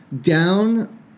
Down